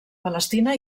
palestina